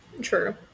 true